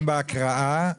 מתחילי בהקראה.